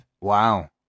Wow